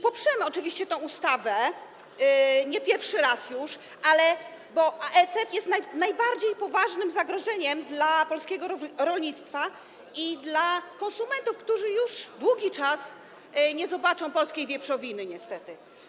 Poprzemy oczywiście tę ustawę, nie pierwszy raz już, bo ASF jest najbardziej poważnym zagrożeniem dla polskiego rolnictwa i dla konsumentów, którzy już długi czas nie zobaczą polskiej wieprzowiny niestety.